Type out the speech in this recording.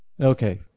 Okay